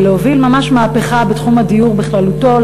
להוביל ממש מהפכה בתחום הדיור בכללותו,